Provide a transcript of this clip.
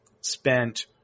spent